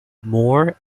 moore